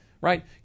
right